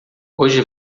hoje